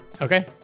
Okay